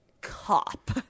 cop